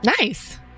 nice